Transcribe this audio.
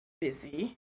busy